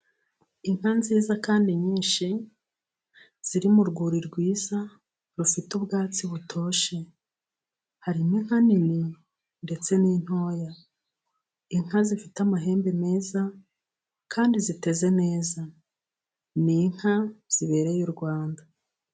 Inka nziza kandi nyinshi, ziri mu rwuri rwiza, rufite ubwatsi butoshye, harimo inka nini ndetse n'intoya, inka zifite amahembe meza kandi ziteze neza, ni inka zibereye u Rwanda.